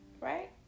right